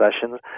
sessions